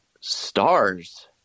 stars